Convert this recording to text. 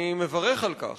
אני מברך על כך